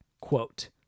Quote